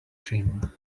cream